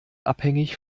abhängig